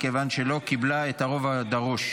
מכיוון שהיא לא קיבלה את הרוב הדרוש.